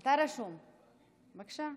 אתה רשום, בבקשה.